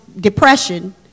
depression